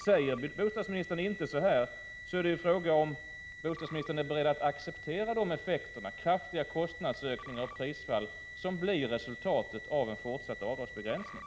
Säger inte bostadsministern det, vill jag fråga honom om han är beredd att acceptera de kraftiga kostnadsökningar och prisfall som blir resultatet av en fortsatt avdragsbegränsning.